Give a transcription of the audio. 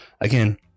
Again